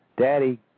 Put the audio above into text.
Daddy